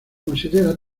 considera